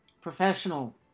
professional